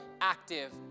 active